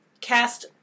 cast